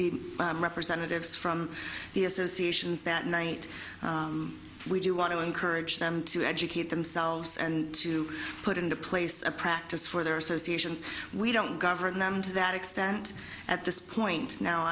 be representatives from the associations that night we do want to encourage them to educate themselves and to put into place a practice for their associations we don't govern them to that extent at this point now